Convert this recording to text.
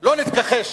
לא נתכחש,